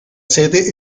sede